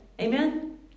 Amen